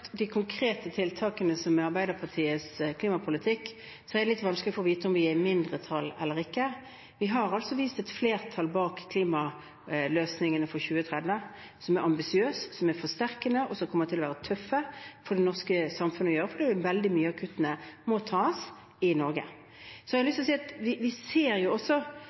de konkrete tiltakene som er Arbeiderpartiets klimapolitikk, er det litt vanskelig å vite om vi er i mindretall eller ikke. Vi har altså vist et flertall bak klimaløsningene for 2030 – som er ambisiøse, som er forsterkende, og som kommer til å være tøffe for det norske samfunnet å gjennomføre, for veldig mye av kuttene må tas i Norge. Jeg har lyst til å si at vi ser også